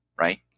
right